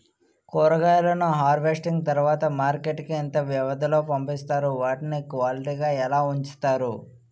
కూరగాయలను హార్వెస్టింగ్ తర్వాత మార్కెట్ కి ఇంత వ్యవది లొ పంపిస్తారు? వాటిని క్వాలిటీ గా ఎలా వుంచుతారు?